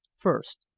first,